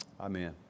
Amen